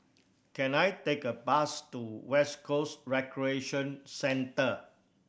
can I take a bus to West Coast Recreation Centre